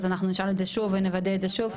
אז אנחנו נשאל את זה שוב ונוודא את זה שוב,